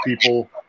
people